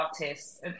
artists